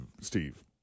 Steve